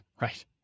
Right